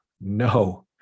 no